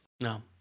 No